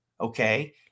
okay